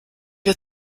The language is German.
wir